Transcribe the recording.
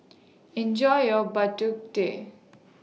Enjoy your Bak Tut Teh